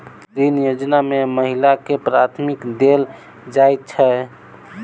ऋण योजना मे महिलाकेँ प्राथमिकता देल जाइत छैक की?